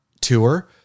tour